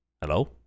Hello